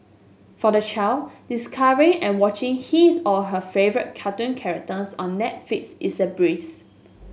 for the child discovering and watching his or her favourite cartoon characters on Netflix is a breeze